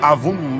Avum